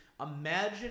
Imagine